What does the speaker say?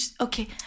Okay